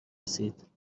رسید